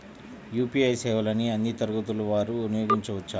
UPI సేవలని అన్నీ తరగతుల వారు వినయోగించుకోవచ్చా?